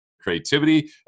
creativity